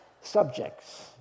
subjects